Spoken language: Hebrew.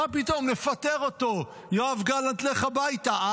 מה פתאום, נפטר אותו, יואב גלנט, לך הביתה.